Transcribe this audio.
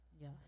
Yes